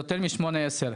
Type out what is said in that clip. יותר מ-18.